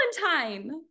Valentine